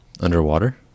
underwater